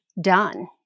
done